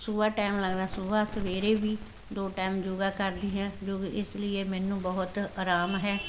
ਸੁਬਹਾ ਟਾਇਮ ਲੱਗਦਾ ਸੁਬਹਾ ਸਵੇਰੇ ਵੀ ਦੋ ਟਾਈਮ ਯੋਗਾ ਕਰਦੀ ਹਾਂ ਜੋ ਕਿ ਇਸ ਲਈ ਮੈਨੂੰ ਬਹੁਤ ਆਰਾਮ ਹੈ